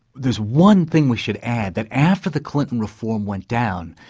there is one thing we should add, that after the clinton reform went down,